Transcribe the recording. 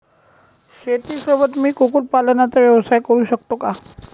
शेतीसोबत मी कुक्कुटपालनाचा व्यवसाय करु शकतो का?